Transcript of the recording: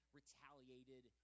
retaliated